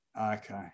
Okay